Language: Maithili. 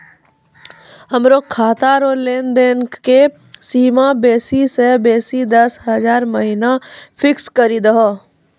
हमरो खाता रो लेनदेन के सीमा बेसी से बेसी दस हजार महिना फिक्स करि दहो